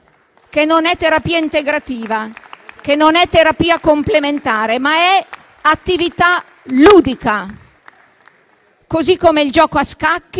che non è terapia integrativa, che non è terapia complementare, ma è attività ludica, così come il gioco a scacchi